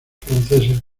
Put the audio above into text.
franceses